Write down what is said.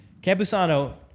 Campusano